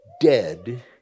dead